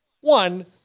one